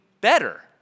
better